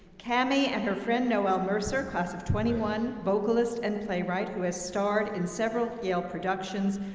cami and her friend noelle mercer, class of twenty one, vocalist and playwright, who has starred in several yale productions,